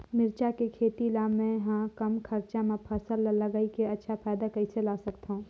मिरचा के खेती ला मै ह कम खरचा मा फसल ला लगई के अच्छा फायदा कइसे ला सकथव?